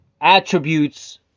attributes